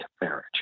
marriage